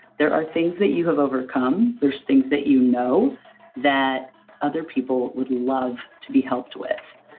there are things that you have overcome, those things that you know that other people would love to be helped with.